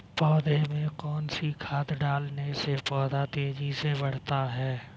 पौधे में कौन सी खाद डालने से पौधा तेजी से बढ़ता है?